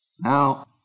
Now